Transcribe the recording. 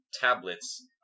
tablets